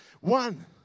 one